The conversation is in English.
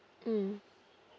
mm